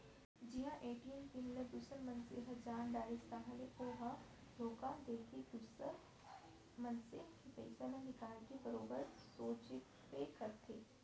जिहां ATM PIN ल दूसर मनसे ह जान डारिस ताहाँले ओ ह धोखा देके दुसर मनसे के पइसा ल निकाल के बरोबर सोचबे करथे